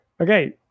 Okay